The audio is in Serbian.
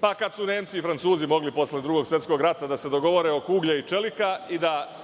Pa, kad su Nemci i Francuzi mogli posle Drugog svetskog rata da se dogovore oko uglja i čelika i da